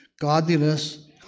godliness